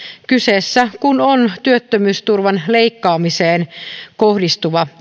kyseessä kun on työttömyysturvan leikkaamiseen kohdistuva